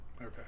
Okay